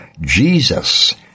Jesus